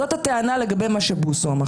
זאת הטענה לגבי מה שבוסו אמר.